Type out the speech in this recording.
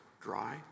dry